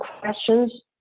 questions